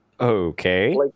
Okay